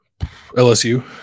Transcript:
LSU